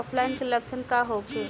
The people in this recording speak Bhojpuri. ऑफलाइनके लक्षण का होखे?